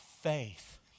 faith